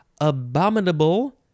abominable